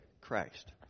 Christ